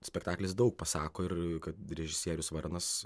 spektaklis daug pasako ir kad režisierius varnas